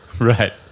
Right